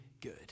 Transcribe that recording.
good